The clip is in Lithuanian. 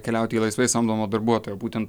keliauti į laisvai samdomo darbuotojo būtent